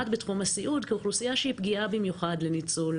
בתחום הסיעוד כאוכלוסייה שהיא פגיעה במיוחד לניצול,